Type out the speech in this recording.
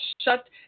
shut